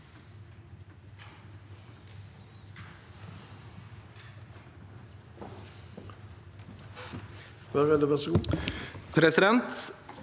Presidenten